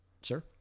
Sure